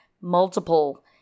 multiple